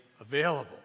available